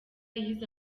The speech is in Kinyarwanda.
yize